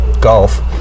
golf